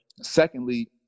Secondly